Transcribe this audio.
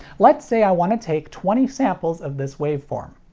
let's say i want to take twenty samples of this waveform.